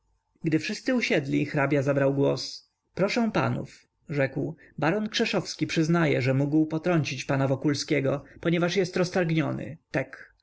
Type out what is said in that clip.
gdy wszyscy usiedli hrabia zabrał głos proszę panów rzekł baron krzeszowski przyznaje że mógł potrącić pana wokulskiego ponieważ jest roztargniony tek